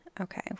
okay